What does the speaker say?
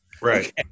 Right